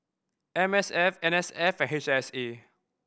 M S F N S F H S A